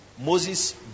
Moses